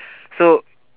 so